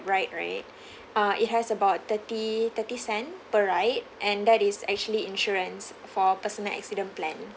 right right uh it has about thirty thirty cent per ride and that is actually insurance for personal accident plan